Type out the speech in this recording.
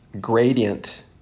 gradient